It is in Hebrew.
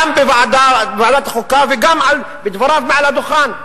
גם בוועדת החוקה וגם בדבריו על הדוכן: